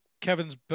Kevin's